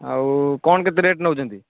ଆଉ କ'ଣ କେତେ ରେଟ୍ ନେଉଛନ୍ତି